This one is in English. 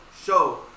show